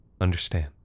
understand